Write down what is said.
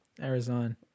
Arizona